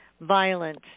violent